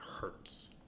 hurts